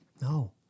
No